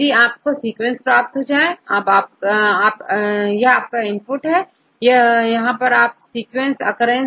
अब आपको सीक्वेंस प्राप्त हो जाएंगे यह आपका इनपुट है और यहां पर आपका SEQUENCE OCCURRENCEहै